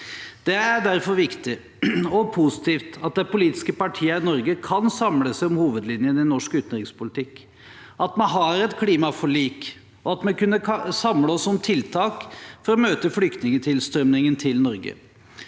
Det er derfor viktig og positivt at de politiske partiene i Norge kan samle seg om hovedlinjene i norsk utenrikspolitikk, at vi har et klimaforlik og at vi kunne samle oss om tiltak for å møte flyktningtilstrømningen til Norge.